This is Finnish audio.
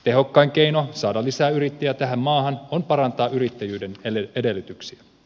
tehokkain keino saada lisää yrittäjiä tähän maahan on parantaa yrittäjyyden edellytyksiä